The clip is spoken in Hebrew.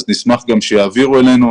נשמח שיעבירו אלינו.